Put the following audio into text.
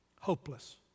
Hopeless